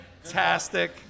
fantastic